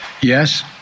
Yes